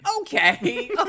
Okay